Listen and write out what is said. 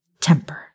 temper